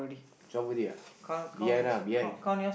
twelve already ah behind lah behind